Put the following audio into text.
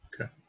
Okay